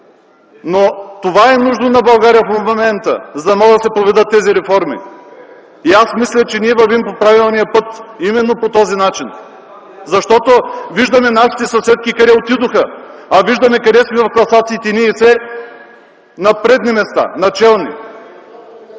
Но това е нужно на България в момента, за да може да се проведат тези реформи. И аз мисля, че ние вървим по правилния път именно по този начин, защото виждаме нашите съседки къде отидоха и виждаме къде сме в класациите ние – все на предни места, на челни.